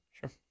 Sure